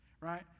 right